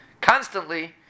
constantly